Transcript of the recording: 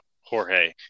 Jorge